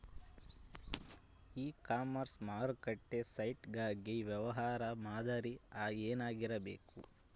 E commerce ಮಾರುಕಟ್ಟೆ site ಗಾಗಿ ವ್ಯವಹಾರ ಮಾದರಿ ಏನಾಗಿರಬೇಕು?